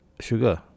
sugar